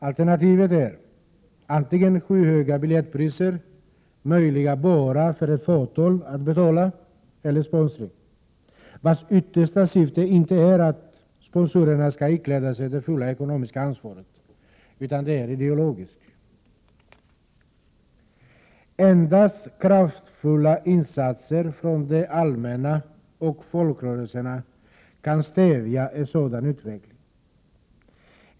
Alternativet är antingen skyhöga biljettpriser, möjliga bara för ett fåtal att betala, eller sponsring, vars yttersta syfte inte är att sponsorerna skall ikläda sig det fulla ekonomiska ansvaret, utan det är ideologiskt. Endast kraftfulla insatser från det allmänna och från folkrörelserna kan stävja en sådan utveckling.